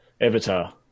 avatar